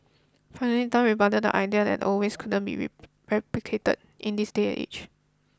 finally Tan rebutted the idea that the old ways couldn't be reap replicated in this day and age